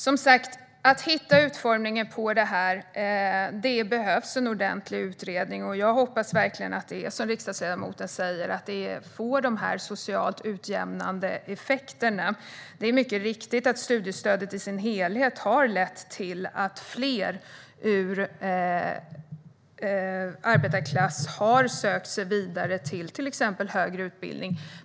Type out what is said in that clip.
Det behövs som sagt en ordentlig utredning för att hitta utformningen på det här. Jag hoppas verkligen att det är som riksdagsledamoten säger och att detta får socialt utjämnande effekter. Det är mycket riktigt så att studiestödet i sin helhet har lett till att fler ur arbetarklassen har sökt sig vidare till exempelvis högre utbildning.